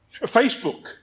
Facebook